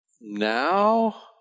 now